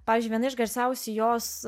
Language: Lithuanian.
pavyzdžiui viena iš garsiausių jos